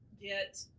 get